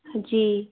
जी